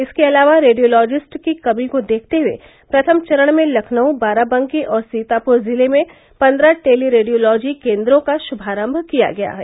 इसके अलावा रेडियोलॉजिस्ट की कमी को देखते हुये प्रथम चरण में लखनऊ बाराबंकी और सीताप्र जिले में पन्द्रह टेलीरेडियोलॉजी केन्द्रों का श्भारम्भ किया गया है